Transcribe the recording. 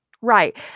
right